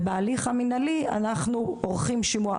ובהליך המינהלי אנחנו עורכים שימוע,